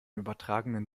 übertragenen